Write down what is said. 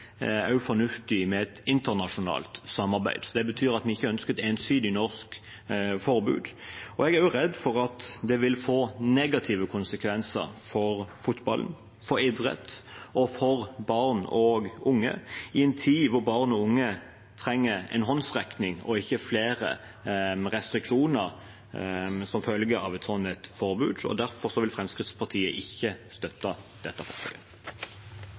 betyr at vi ikke ønsker et ensidig norsk forbud. Jeg er også redd for at det vil få negative konsekvenser for fotballen, for idretten og for barn og unge, i en tid hvor barn og unge trenger en håndsrekning og ikke flere restriksjoner som følge av et sånt forbud. Derfor vil ikke Fremskrittspartiet støtte dette forslaget.